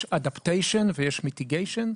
יש adaptation ויש mitigation.